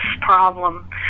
problem